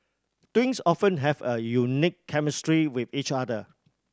twins often have a unique chemistry with each other